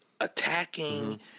attacking